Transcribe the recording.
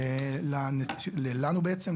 לנו בעצם,